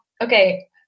Okay